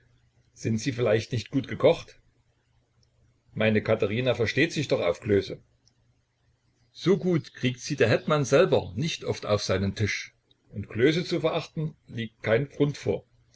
sind sie vielleicht nicht gut gekocht meine katherina versteht sich doch auf klöße so gut kriegt sie der hetman selber nicht oft auf seinen tisch und klöße zu verachten liegt kein grund vor